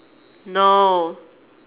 no